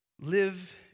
Live